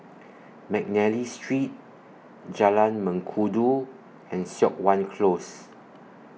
Mcnally Street Jalan Mengkudu and Siok Wan Close